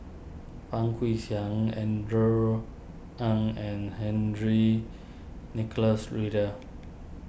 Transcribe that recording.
Fang Guixiang Andrew Ang and Henry Nicholas Ridley